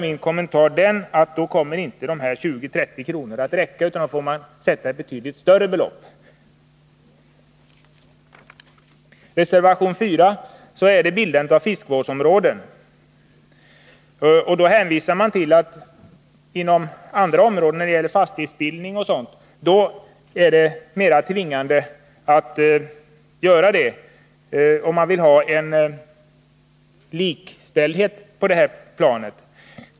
Min kommentar är att de föreslagna 20-30 kronorna i fiskevårdsavgift inte kommer att räcka, utan att man får ta ut ett betydligt större belopp. Reservation 4 gäller bildandet av fiskevårdsområden. Socialdemokraterna hänvisar här till tvingande lagar på andra områden, t.ex. fastighetsbildningslagen, och vill ha en likställighet.